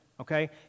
Okay